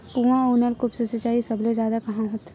कुआं अउ नलकूप से सिंचाई सबले जादा कहां होथे?